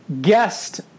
guest